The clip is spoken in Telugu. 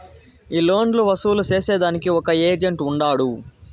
ఈ లోన్లు వసూలు సేసేదానికి ఒక ఏజెంట్ ఉంటాడు